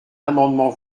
amendement